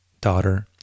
daughter